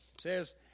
says